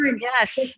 Yes